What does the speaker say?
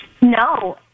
No